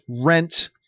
rent